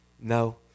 No